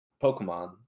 Pokemon